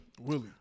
Willie